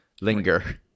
linger